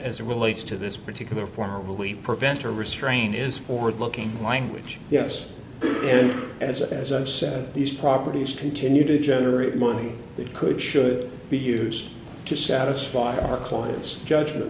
as it relates to this particular probably prevent or restrain is forward looking language yes and as as i've said these properties continue to generate money that could should be used to satisfy our client's judgment